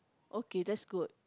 okay that's good